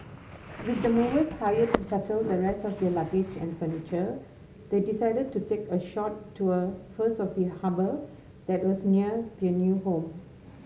with the movers hired to settle the rest of their luggage and furniture they decided to take a short tour first of the harbour that was near their new home